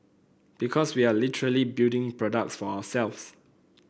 because we are literally building products for ourselves